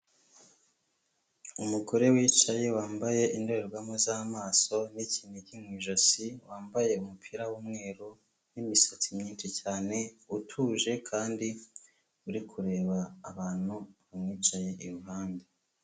Umugore wicaye, wambaye indorerwamo z'amaso n'ikinigi mu ijosi, wambaye umupira w'umweru n'imisatsi myinshi cyane, utuje kandi uri kureba abantu bamwicaye iruhande.